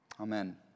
Amen